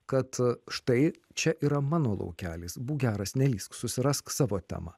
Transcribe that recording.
kad štai čia yra mano laukelis būk geras nelįsk susirask savo temą